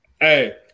Hey